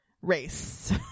race